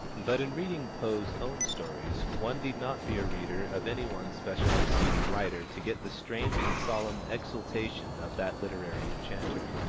but in reading poe's own stories, one need not be a reader of any one special preceding writer to get the strange and solemn exultation of that literary enchanter.